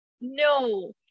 No